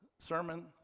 Sermon